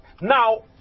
now